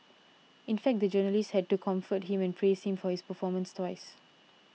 in fact the journalist had to comfort him and praise him for his performance twice